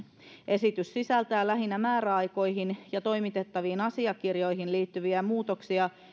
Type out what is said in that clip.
esitys sisältää lähinnä määräaikoihin ja toimitettaviin asiakirjoihin liittyviä muutoksia